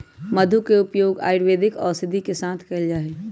मधु के उपयोग आयुर्वेदिक औषधि के साथ कइल जाहई